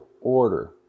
order